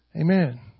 Amen